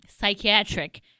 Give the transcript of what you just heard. psychiatric